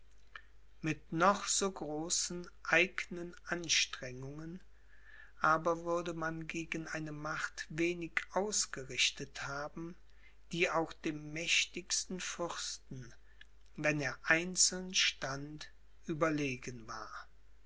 mit noch so großen eignen anstrengungen aber würde man gegen eine macht wenig ausgerichtet haben die auch dem mächtigsten fürsten wenn er einzeln stand überlegen war